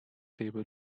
table